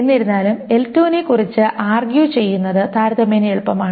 എന്നിരുന്നാലും L2 നെക്കുറിച്ച് argue ചെയ്യുന്നത് താരതമ്യേന എളുപ്പമാണ്